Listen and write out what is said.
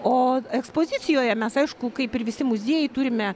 o ekspozicijoje mes aišku kaip ir visi muziejai turime